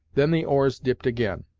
then the oars dipped, again,